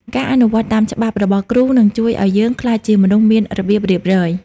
ការអនុវត្តតាម «ច្បាប់» របស់គ្រូ នឹងជួយឱ្យយើងក្លាយជាមនុស្សមានរបៀបរៀបរយ។